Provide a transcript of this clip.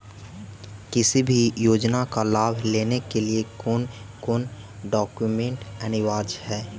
किसी भी योजना का लाभ लेने के लिए कोन कोन डॉक्यूमेंट अनिवार्य है?